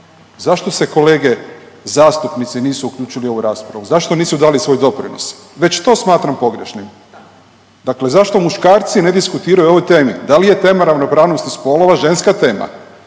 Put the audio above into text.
Zašto se kolege zastupnici nisu uključili u ovu raspravu? Zašto nisu dali svoj doprinos? Već to smatram pogrešnim. Dakle, zašto muškarci ne diskutiraju o ovoj temi? Da li je tema ravnopravnosti spolova ženska tema?